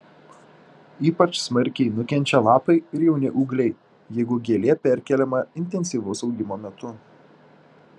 ypač smarkiai nukenčia lapai ir jauni ūgliai jeigu gėlė perkeliama intensyvaus augimo metu